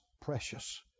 precious